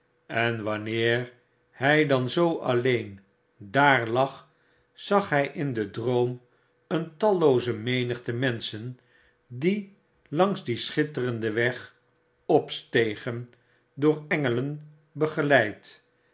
en wanneer hij dan zoo alleen daar lag zag hy in den droom een tallooze menigte menschen die langs dien schitterenden weg opstegen door engelen begeleid